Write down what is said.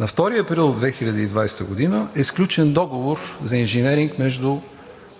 На 2 април 2020 г. е сключен договор за инженеринг между